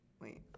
Wait